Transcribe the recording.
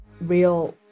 real